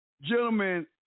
gentlemen